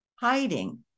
hiding